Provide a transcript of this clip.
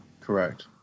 correct